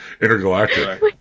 Intergalactic